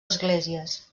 esglésies